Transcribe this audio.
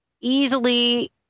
easily